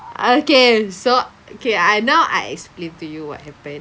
okay so okay ah now I explain to you what happen